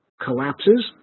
collapses